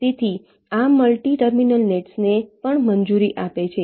તેથી આ multi terminal નેટ્સને પણ મંજૂરી આપે છે